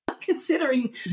considering